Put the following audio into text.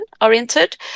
oriented